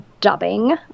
dubbing